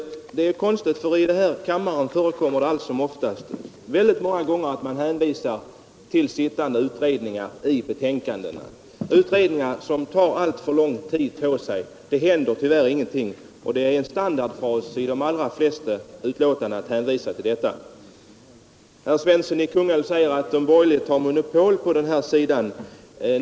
En standardfras i de allra flesta utskottsbetänkandena är att man hänvisar till sittande utredningar, utredningar som tar alltför lång tid på sig — det händer tyvärr ingenting. Herr Svensson i Kungälv säger att de borgerliga vill ha monopol i denna fråga.